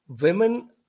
Women